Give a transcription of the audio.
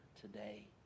today